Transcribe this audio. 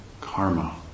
karma